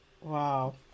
Wow